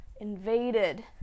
invaded